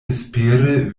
vespere